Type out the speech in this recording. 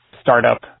startup